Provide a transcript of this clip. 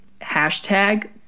Hashtag